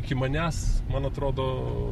iki manęs man atrodo